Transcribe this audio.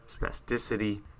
spasticity